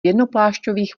jednoplášťových